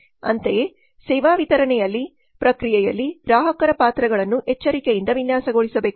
ಅಂತೆಯೇ ಸೇವಾ ವಿತರಣೆಯ ಪ್ರಕ್ರಿಯೆಯಲ್ಲಿ ಗ್ರಾಹಕರ ಪಾತ್ರಗಳನ್ನು ಎಚ್ಚರಿಕೆಯಿಂದ ವಿನ್ಯಾಸಗೊಳಿಸಬೇಕು